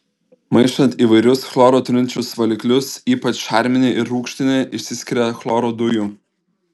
maišant įvairius chloro turinčius valiklius ypač šarminį ir rūgštinį išsiskiria chloro dujų